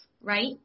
right